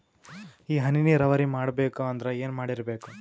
ಈ ಹನಿ ನೀರಾವರಿ ಮಾಡಬೇಕು ಅಂದ್ರ ಏನ್ ಮಾಡಿರಬೇಕು?